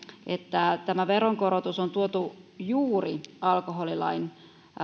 että tämä veronkorotus on tuotu juuri alkoholilain